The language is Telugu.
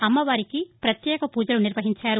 అమ్మవారికి ప్రత్యేక పూజలు నిర్వహించారు